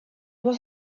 was